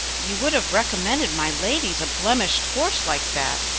you would have recommended my ladies a blemished horse like that.